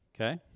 okay